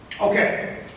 okay